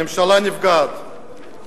הממשלה נפגעת,